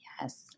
Yes